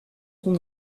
son